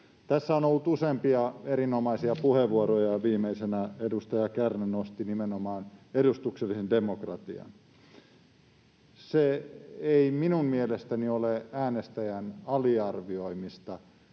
Tässä on ollut useampia erinomaisia puheenvuoroja. Viimeisenä edustaja Kärnä nosti nimenomaan edustuksellisen demokratian. Se ei minun mielestäni ole äänestäjän aliarvioimista,